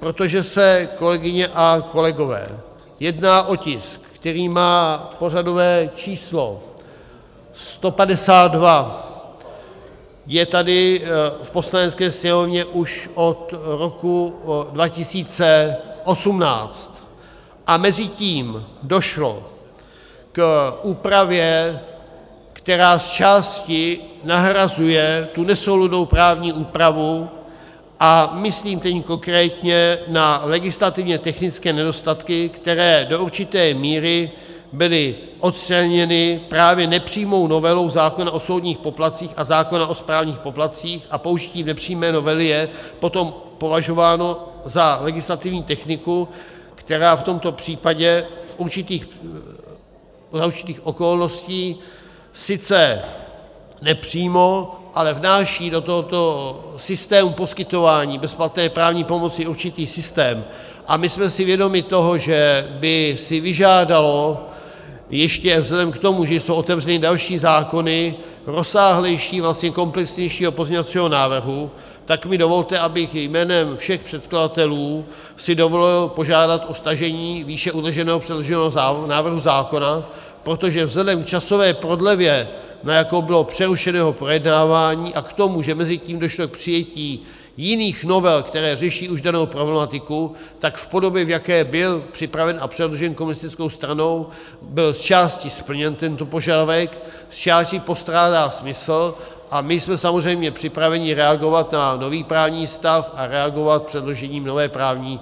protože se, kolegyně a kolegové, jedná o tisk, který má pořadové číslo 152, je tady v Poslanecké sněmovně už od roku 2018 a mezitím došlo k úpravě, která zčásti nahrazuje tu nesouladnou právní úpravu, a myslím tedy konkrétně na legislativně technické nedostatky, které do určité míry byly odstraněny právě nepřímou novelou zákona o soudních poplatcích a zákona o správních poplatcích, a použití nepřímé novely je potom považováno za legislativní techniku, která v tomto případě za určitých okolností sice nepřímo, ale vnáší do tohoto systému poskytování bezplatné právní pomoci určitý systém, a my jsme si vědomi toho, že by si vyžádalo ještě vzhledem k tomu, že jsou otevřeny další zákony, rozsáhlejší vlastně, komplexnějšího pozměňovacího návrhu, tak mi dovolte, abych jménem všech předkladatelů si dovolil požádat o stažení výše uvedeného předloženého návrhu zákona, protože vzhledem k časové prodlevě, na jakou bylo přerušené projednávání, a k tomu, že mezitím došlo k přijetí jiných novel, které řeší už danou problematiku, tak v podobě, v jaké byl připraven a předložen komunistickou stranou, byl zčásti splněn tento požadavek, zčásti postrádá smysl, a my jsme samozřejmě připraveni reagovat na nový právní stav a reagovat předložením nové právní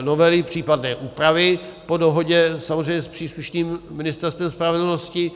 novely, případné úpravy, po dohodě samozřejmě s příslušným Ministerstvem spravedlnosti.